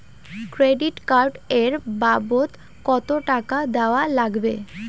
Credit card এর বাবদ কতো টাকা দেওয়া লাগবে?